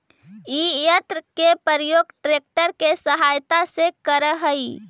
इ यन्त्र के प्रयोग ट्रेक्टर के सहायता से करऽ हई